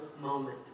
moment